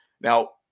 Now